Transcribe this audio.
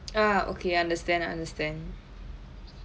ah okay understand understand